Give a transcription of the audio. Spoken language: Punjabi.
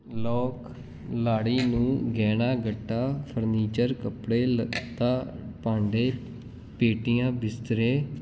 ਲੋਕ ਲਾੜੀ ਨੂੰ ਗਹਿਣਾ ਗੱਟਾ ਫਰਨੀਚਰ ਕੱਪੜੇ ਲਤਾ ਭਾਂਡੇ ਪੇਟੀਆਂ ਬਿਸਤਰੇ